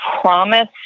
promise